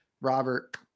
Robert